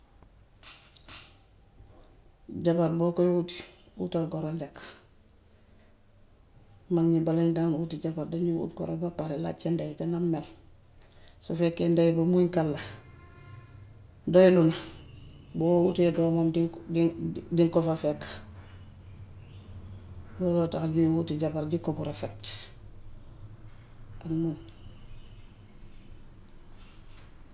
Jabar boo koy wut, wutal goro njëkk. Mag ñi balañ daan wuti jabar dañuy wut goro ba pare laaj sa nday ca nam mel. Su fekkee nday bi muñkat la, doylu na, boo wutee doomam diŋ diŋ diŋ ko fa fekk. Looloo tax ñuy wuti jabar jikko bu rafet di muñ.